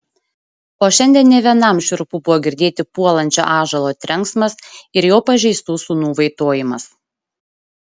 o šiandien ne vienam šiurpu buvo girdėti puolančio ąžuolo trenksmas ir jo pažeistų sūnų vaitojimas